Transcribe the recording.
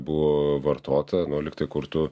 buvo vartota nu lygtai kur tu